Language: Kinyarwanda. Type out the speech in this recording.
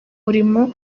muriro